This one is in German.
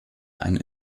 eine